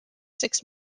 six